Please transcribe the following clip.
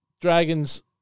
Dragons